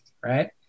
right